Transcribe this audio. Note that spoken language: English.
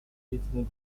within